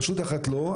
רשות אחת לא,